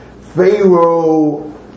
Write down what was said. Pharaoh